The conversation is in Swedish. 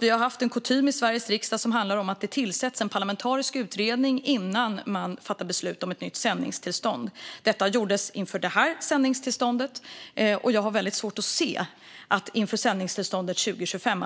Vi har i Sveriges riksdag haft som kutym att tillsätta en parlamentarisk utredning innan vi fattar beslut om ett nytt sändningstillstånd. Så gjordes inför nuvarande sändningstillstånd, och jag har väldigt svårt att se att motsvarande inte görs inför sändningstillståndet 2025.